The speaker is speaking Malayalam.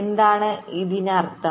എന്താണ് ഇതിന്റെ അര്ഥം